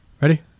Ready